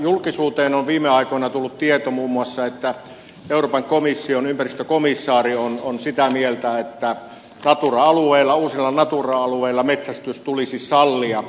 julkisuuteen on viime aikoina tullut muun muassa tieto että euroopan komission ympäristökomissaari on sitä mieltä että uusilla natura alueilla metsästys tulisi sallia